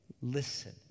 Listen